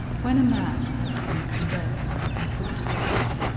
when a man has been condemned and put to death,